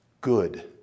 good